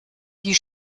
die